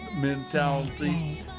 mentality